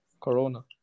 Corona